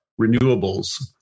renewables